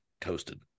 toasted